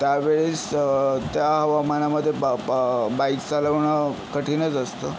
त्यावेळेस त्या हवामानामध्ये बा ब बाईक्स चालवणं कठीणच असतं